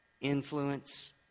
influence